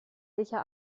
sicher